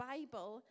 Bible